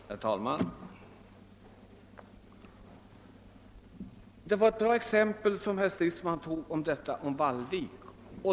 Herr talman! Det var ett bra exempel som herr Stridsman valde när han talade om Vallvik.